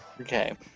Okay